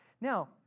Now